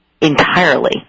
Entirely